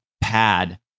pad